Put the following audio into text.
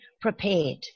prepared